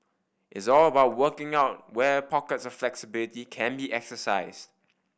it's all about working out where pockets of flexibility can be exercised